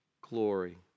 glory